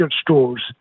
stores